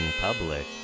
public